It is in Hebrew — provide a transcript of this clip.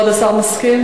כבוד השר מסכים?